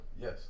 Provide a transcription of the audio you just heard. Yes